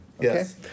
Yes